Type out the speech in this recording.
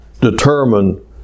determine